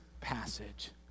passage